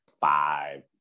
five